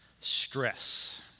stress